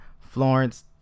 Florence